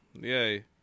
Yay